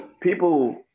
people